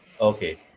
Okay